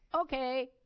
okay